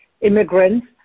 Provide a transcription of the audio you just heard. immigrants